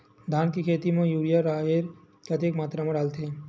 धान के खेती म यूरिया राखर कतेक मात्रा म डलथे?